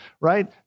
right